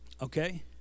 Okay